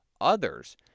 others